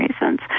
reasons